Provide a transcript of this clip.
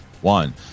one